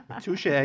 Touche